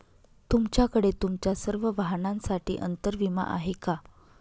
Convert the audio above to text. तुमच्याकडे तुमच्या सर्व वाहनांसाठी अंतर विमा आहे का